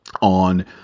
on